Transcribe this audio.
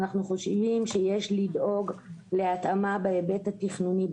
אנחנו חושבים שיש לדאוג להתאמה בהיבט התכנוני,